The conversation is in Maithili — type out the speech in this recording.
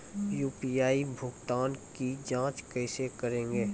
यु.पी.आई भुगतान की जाँच कैसे करेंगे?